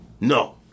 no